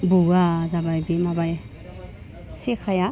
बुवा जाबाय बे माबाया सेकाया